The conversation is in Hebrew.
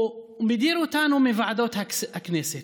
הוא מדיר אותנו מוועדות הכנסת,